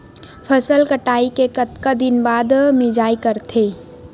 फसल कटाई के कतका दिन बाद मिजाई करथे?